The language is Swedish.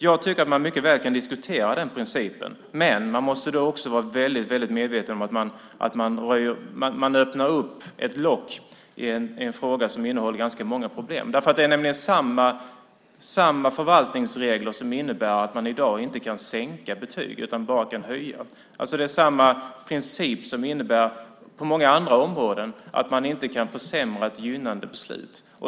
Jag tycker att man mycket väl kan diskutera den principen, men man måste då också vara väldigt medveten om att man öppnar ett lock i en fråga som innehåller ganska många problem. Det är nämligen samma förvaltningsregler som innebär att man i dag inte kan sänka betyg utan bara höja dem. Det är samma princip som på många andra områden innebär att man inte kan försämra ett gynnande beslut.